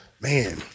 Man